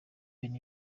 benny